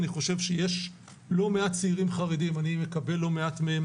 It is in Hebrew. אני חושב שיש לא מעט צעירים חרדים אני מקבל לא מעט מהם